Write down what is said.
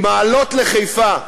ממעלות לחיפה,